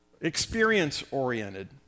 experience-oriented